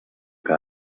que